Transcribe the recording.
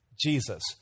Jesus